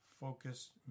focused